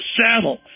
saddle